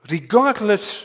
Regardless